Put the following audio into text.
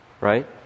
right